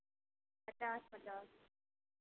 पचास पचास